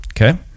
Okay